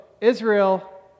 Israel